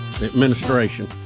administration